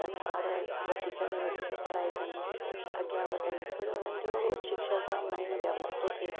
त ॿार वधीक में वधीक पढ़ाई कन अॻियां वधनि छोजो उन्हनि जो शिक्षा सां माइंड डैवलप थो थिए